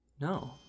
No